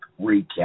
recap